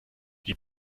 die